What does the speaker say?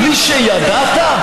בלי שידעת?